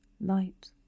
Light